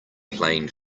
playing